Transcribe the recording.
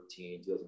2013-2014